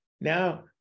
now